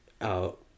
out